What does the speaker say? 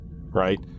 right